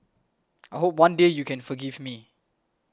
I hope one day you can forgive me